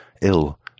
ill